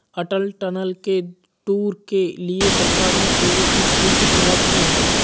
अटल tunnel के tour के लिए सरकार ने युवक स्कीम की शुरुआत की है